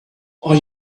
are